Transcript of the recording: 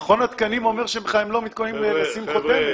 מכון התקנים אומר שהם לא מתכוונים לשים חותמת.